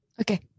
Okay